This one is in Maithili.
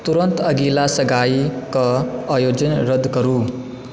तुरन्त अगिला सगाईके आयोजन रद्द करू